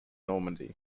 normandy